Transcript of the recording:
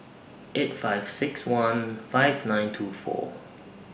eight five six one five nine two four